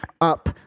up